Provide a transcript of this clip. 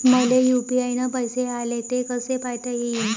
मले यू.पी.आय न पैसे आले, ते कसे पायता येईन?